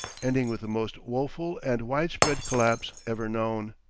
ending with the most woful and widespread collapse ever known.